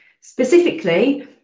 Specifically